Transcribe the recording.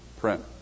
print